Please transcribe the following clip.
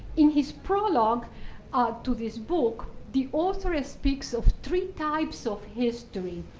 in his prologue ah to this book, the author ah speaks of three types of history.